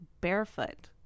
barefoot